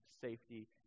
safety